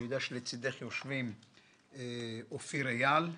אני יודע שלצידך יושבים אופיר אייל,